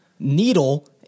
needle